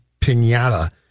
pinata